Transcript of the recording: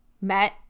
met